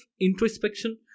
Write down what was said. introspection